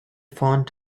font